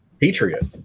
patriot